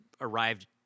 arrived